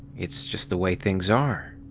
it's just the way things are.